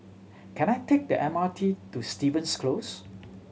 can I take the M R T to Stevens Close